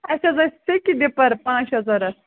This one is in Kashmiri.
اَسہِ حظ ٲسۍ سیٚکہِ ڈِپَر پانٛژھ شےٚ ضوٚرَتھ